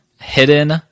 hidden